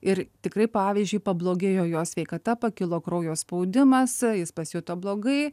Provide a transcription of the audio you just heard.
ir tikrai pavyzdžiui pablogėjo jo sveikata pakilo kraujo spaudimas jis pasijuto blogai